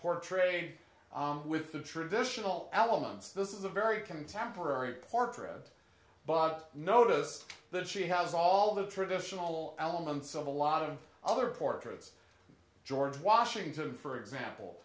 portrayed with the traditional elements this is a very contemporary portrait but notice that she has all the traditional elements of a lot of other portraits george washington for example